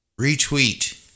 Retweet